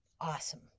Awesome